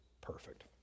perfect